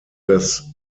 das